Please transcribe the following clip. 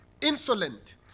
insolent